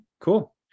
cool